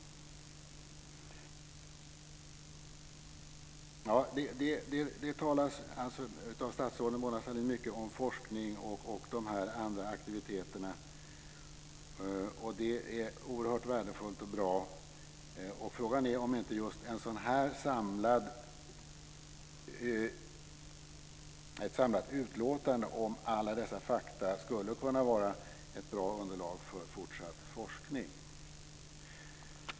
Statsrådet Mona Sahlin talar mycket om forskning och om andra aktiviteter. Det är oerhört värdefullt och bra. Frågan är om inte just ett sådant här samlat utlåtande om alla dessa fakta skulle kunna vara ett bra underlag för fortsatt forskning.